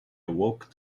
awoke